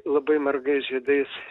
labai margais žiedais